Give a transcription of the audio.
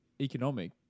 economic